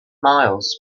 miles